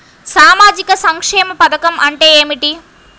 సామాజిక సంక్షేమ పథకం అంటే ఏమిటి?